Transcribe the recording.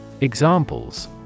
Examples